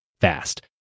fast